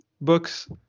books